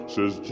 Says